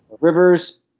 Rivers